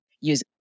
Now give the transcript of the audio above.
use